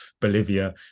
Bolivia